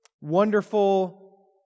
wonderful